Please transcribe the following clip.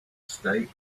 state